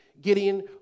Gideon